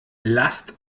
lasst